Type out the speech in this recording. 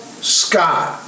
Scott